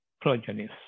progenies